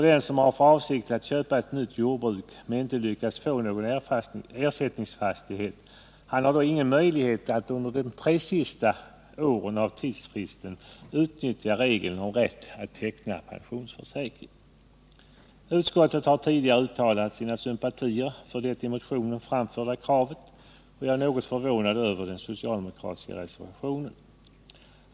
Den som har för avsikt att köpa ett nytt jordbruk men inte lyckas få någon ersättningsfastighet har då ingen möjlighet att under de tre sista åren av tidsfristen utnyttja regeln om rätt att teckna pensionsförsäkring. Utskottet har tidigare uttalat sina sympatier för det i motionen framförda kravet, och jag är något förvånad över den socialdemokratiska reservationen.